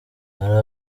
hari